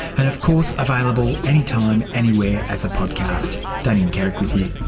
and of course available anytime, anywhere as a podcast. damien carrick with you.